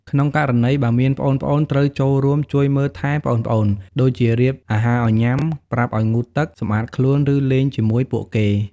ក្នុងករណីបើមានប្អូនៗ ត្រូវចូលរួមជួយមើលថែប្អូនៗ ដូចជារៀបអាហារឱ្យញុំា ប្រាប់ឲ្យងូតទឹក សម្អាតខ្លួន ឬលេងជាមួយពួកគេ។